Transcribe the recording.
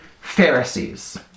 Pharisees